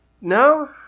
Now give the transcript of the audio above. No